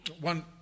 One